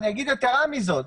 יתרה מזאת,